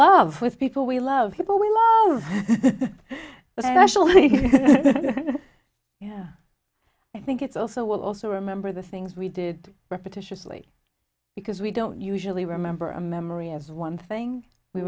love with people we love people we love but actually yeah i think it's also we'll also remember the things we did repetitiously because we don't usually remember a memory of one thing we